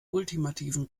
ultimativen